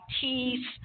teeth